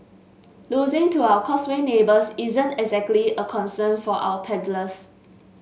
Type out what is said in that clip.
losing to our Causeway neighbours isn't exactly a concern for our paddlers